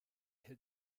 hit